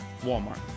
Walmart